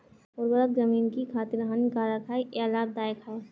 उर्वरक ज़मीन की खातिर हानिकारक है या लाभदायक है?